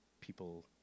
people